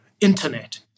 internet